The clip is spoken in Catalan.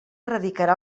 radicarà